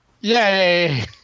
Yay